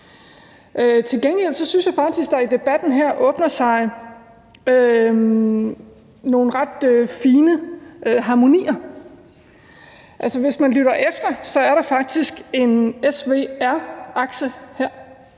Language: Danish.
Til gengæld synes jeg faktisk, at der i debatten her åbner sig nogle ret fine harmonier. Altså, hvis man lytter efter, er der faktisk en S-V-R-akse her.